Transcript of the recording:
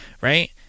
Right